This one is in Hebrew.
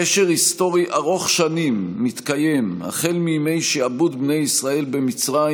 קשר היסטורי ארוך שנים מתקיים החל מימי שעבוד בני ישראל במצרים